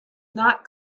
not